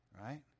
right